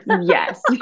Yes